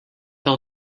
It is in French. hors